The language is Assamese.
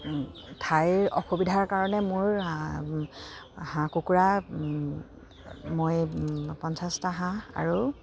ঠাইৰ অসুবিধাৰ কাৰণে মোৰ হাঁহ কুকুৰা মই পঞ্চাছটা হাঁহ আৰু